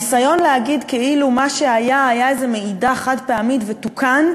הניסיון להגיד כאילו מה שהיה היה איזה מעידה חד-פעמית ותוקן,